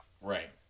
Right